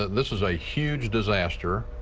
this is a huge disaster.